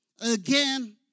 again